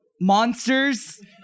Monsters